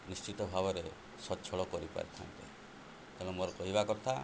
ନିଶ୍ଚିତ ଭାବରେ ସ୍ୱଚ୍ଛଳ କରିପାରିଥାନ୍ତେ ତେଣୁ ମୋର କହିବା କଥା